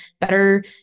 better